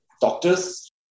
doctors